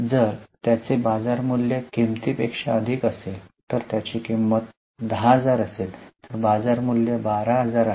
जर त्याचे बाजार मूल्य किंमती पेक्षा अधिक असेल तर त्याची किंमत 10000 असेल तर बाजार मूल्य 12000 आहे